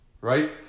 right